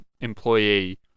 employee